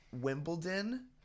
Wimbledon